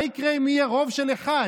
מה יקרה אם יהיה רוב של אחד?